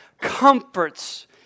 comforts